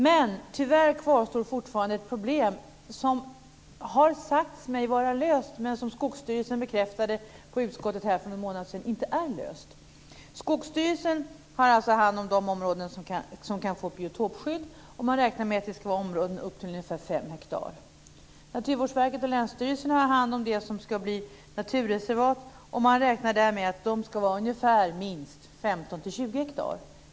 Men tyvärr kvarstår fortfarande ett problem som har sagts mig vara löst. Men Skogsstyrelsen bekräftade på utskottet här för någon månad sedan att det inte är löst. Skogsstyrelsen har alltså hand om de områden som kan få biotopskydd, och man räknar med att det ska vara områden på upp till ungefär 5 hektar. Naturvårdsverket och länsstyrelserna har hand om det som ska bli naturreservat och man räknar därmed att dessa ska vara minst 15-20 hektar.